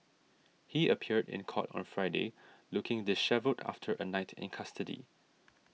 he appeared in court on Friday looking dishevelled after a night in custody